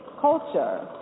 culture